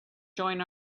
join